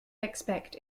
expect